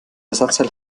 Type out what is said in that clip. ersatzteil